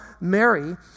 Mary